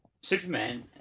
Superman